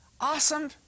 awesome